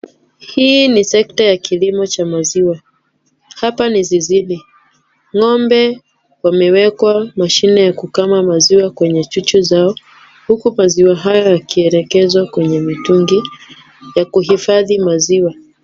Hii ni sekta ya kilimo cha maziwa. Hapa ni zizini. Ng'ombe wamewekwa mashine ya kukama maziwa kwenye chuchu zao, huku maziwa hayo yakielekezwa kwenye mitungi ya kuhifadhi maziwa.